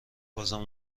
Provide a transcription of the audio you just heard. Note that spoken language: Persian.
بازم